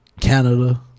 Canada